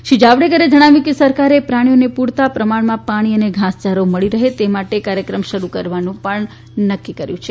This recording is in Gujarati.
શ્રી જાવડેકરે જણાવ્યું કે સરકારે પ્રાણીઓને પૂરતા પ્રમાણમાં પાણી અને ઘાસયારો મળી રહે તે માટે કાર્યક્રમ શરૂ કરવાનું પણ નક્કી કર્યું છે